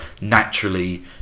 naturally